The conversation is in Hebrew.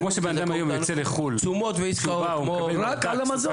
כמו שבנאדם היום יוצא לחו"ל הוא בא מקבל קצבת